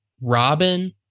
Robin